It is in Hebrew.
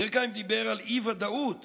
דורקהיים דיבר על אי-ודאות